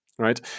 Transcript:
Right